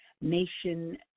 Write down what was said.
nation